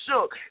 shook